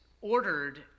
ordered